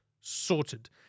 sorted